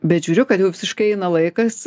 bet žiūriu kad jau visiškai eina laikas